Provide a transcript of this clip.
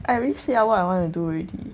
I really say out what I want to do already